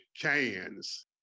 cans